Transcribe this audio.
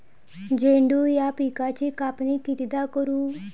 झेंडू या पिकाची कापनी कितीदा करू?